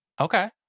Okay